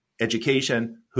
education